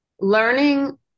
learning